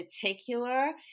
particular